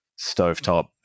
stovetop